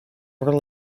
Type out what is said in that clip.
were